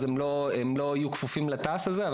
אז הם לא יהיו כפופים לתע"ס הזה,